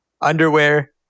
underwear